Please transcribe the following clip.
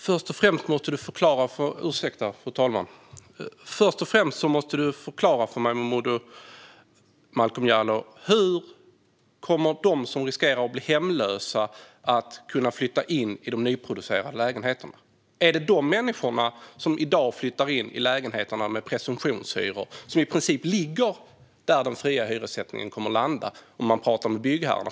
Fru talman! Först och främst måste du förklara, Momodou Malcolm Jallow, hur de som riskerar att bli hemlösa kommer att kunna flytta in i de nyproducerade lägenheterna. Är det de människorna som i dag flyttar in i lägenheterna med presumtionshyror - som i princip ligger där den fria hyressättningen kommer att landa, enligt byggherrarna?